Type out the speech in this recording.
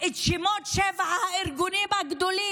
תכו בארגוני הפשיעה.